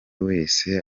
wese